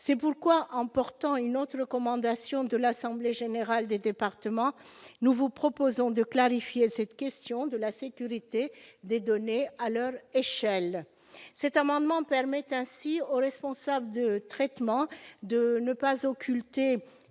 C'est pourquoi, en portant une autre recommandation de l'Assemblée générale des départements, nous vous proposons de clarifier cette question de la sécurité des données à leur échelle. Les dispositions de cet amendement permettent ainsi au responsable de traitement de ne pas occulter